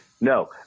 no